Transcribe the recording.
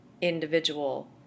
individual